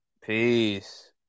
peace